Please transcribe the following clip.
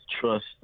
trust